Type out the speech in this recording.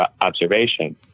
observation